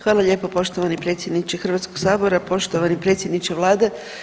Hvala lijepo poštovani predsjedniče Hrvatskog sabora, poštovani predsjedniče Vlade.